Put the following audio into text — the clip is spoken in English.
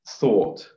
thought